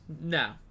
No